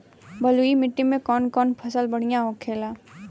बलुई मिट्टी में कौन कौन फसल बढ़ियां होखेला?